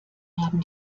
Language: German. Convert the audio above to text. haben